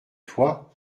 toit